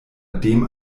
dem